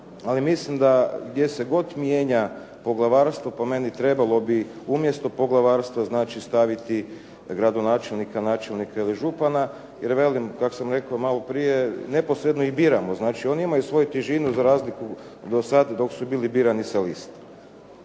Ali mislim da, gdje se god mijenja poglavarstvo po meni trebalo bi umjesto poglavarstva znači staviti gradonačelnika, načelnika ili župana. Jer velim, kak' sam rekao i malo prije, neposredno i biramo. Znači, oni imaju svoju težinu za razliku do sad dok su bili birani sa lista.